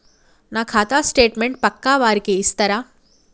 నా ఖాతా స్టేట్మెంట్ పక్కా వారికి ఇస్తరా?